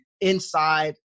inside